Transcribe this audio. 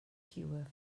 cure